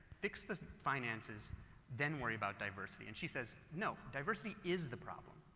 fix the finances then worry about diversity. and she says no, diversity is the problem,